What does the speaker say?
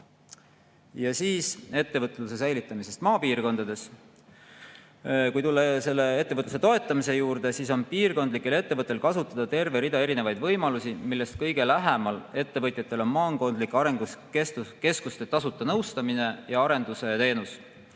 Nüüd ettevõtluse säilitamisest maapiirkondades. Tuleme ettevõtluse toetamise juurde. Piirkondlikel ettevõtetel on kasutada terve rida erinevaid võimalusi, millest kõige lähemal ettevõtjatele on maakondlike arengukeskuste tasuta nõustamine ja arenduse teenus,